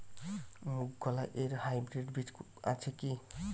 মুগকলাই এর হাইব্রিড বীজ আছে কি?